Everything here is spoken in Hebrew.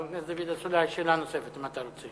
חבר הכנסת דוד אזולאי, שאלה נוספת אם אתה רוצה.